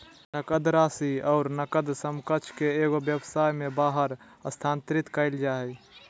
नकद राशि और नकद समकक्ष के एगो व्यवसाय में बाहर स्थानांतरित कइल जा हइ